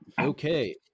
Okay